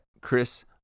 Chris